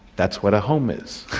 that's what a home is.